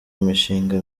imishinga